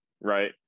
Right